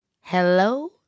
Hello